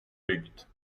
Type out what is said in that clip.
რიგით